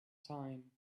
time